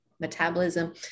metabolism